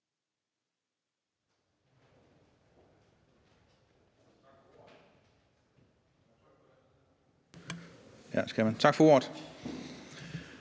Tak for ordet.